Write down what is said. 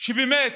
שבאמת